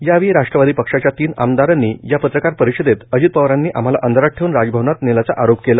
या वेळी राष्ट्रवादी पक्षाच्या तीन आमदारांनी या पत्रकार परिषदेत अजित पवारांनी आम्हाला अंधारात ठेऊन राजभवनात नेल्याचा आरोप केला